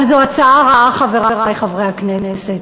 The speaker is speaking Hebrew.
אבל זאת הצעה רעה, חברי חברי הכנסת.